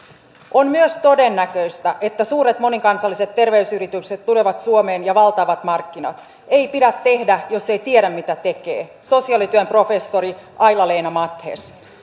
on myös todennäköistä että suuret monikansalliset terveysyritykset tulevat suomeen ja valtaavat markkinat ei pidä tehdä jos ei tiedä mitä tekee sosiaalityön professori aila leena matthies